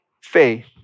faith